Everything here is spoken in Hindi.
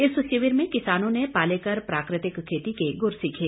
इस शिविर में किसानों ने पालेकर प्राकृतिक खेती के गुर सीखे